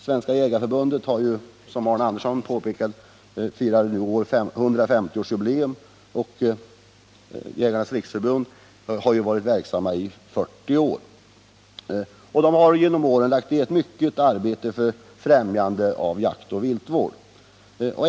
Svenska jägareförbundet har, som Arne Andersson i Ljung påpekade, i år firat sitt 150-årsjubileum. Jägarnas riksförbund-Landsbygdens jägare har varit verksamt i 40 år. Förbunden har genom åren lagt ned ett stort arbete för att främja jaktoch viltvården.